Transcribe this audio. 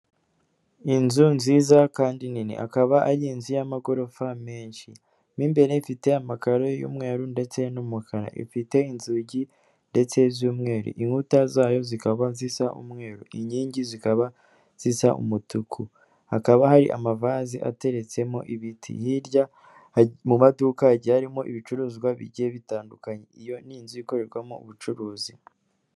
Inzu nziza kandi nini, akaba ari inzu y'amagorofa menshi, mo imbere ifite amakaro y'umweru ndetse n'umukara, ifite inzugi ndetse z'umweru, inkuta zayo zikaba zisa umweru, inkingi zikaba zisa umutuku. Hakaba hari amavazi ateretsemo ibiti, hirya mu maduka hagiye harimo ibicuruzwa bigiye bitandukanye, iyo n ni inzu ikorerwamo ubucuruzi.